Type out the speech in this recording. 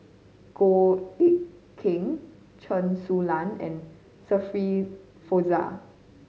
Goh Eck Kheng Chen Su Lan and Shirin Fozdar